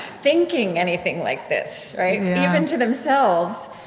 thinking anything like this, even to themselves,